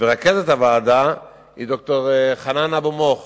ורכזת הוועדה היא ד"ר חנאן אבו-מוך